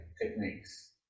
techniques